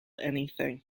anything